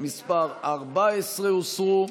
14 הוסרו.